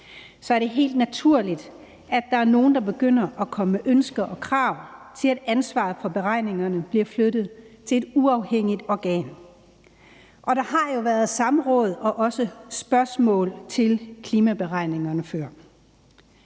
er, er det helt naturligt, at der er nogle, der begynder at komme med ønsker og krav til, at ansvaret for beregningerne bliver flyttet til et uafhængigt organ, og der har jo været samråd om og også spørgsmål til klimaberegningerne før.